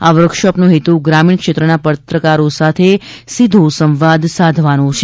આ વર્કશોપનો હેતુ ગ્રામીણ ક્ષેત્રના પત્રકારો સાથે સીધો સંવાદ સાધવાનો છે